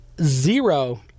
zero